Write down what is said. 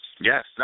Yes